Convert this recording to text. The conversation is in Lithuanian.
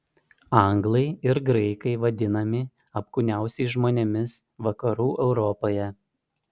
anglai ir graikai vadinami apkūniausiais žmonėmis vakarų europoje